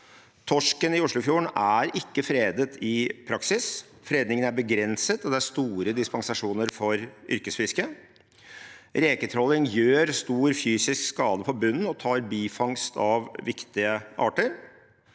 Torsken i Oslofjorden er ikke fredet i praksis. Fredningen er begrenset, og det er store dispensasjoner for yrkesfiske. Reketråling gjør stor fysisk skade på bunnen og tar bifangst av viktige arter.